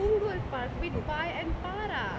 poongul path with pai and para